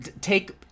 take